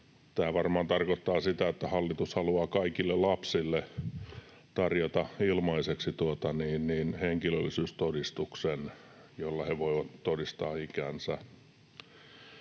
tämä varmaan tarkoittaa sitä, että hallitus haluaa kaikille lapsille tarjota ilmaiseksi henkilöllisyystodistuksen, jolla he voivat todistaa ikänsä.